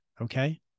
okay